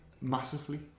massively